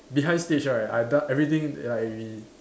behind stage right I do~ everything like we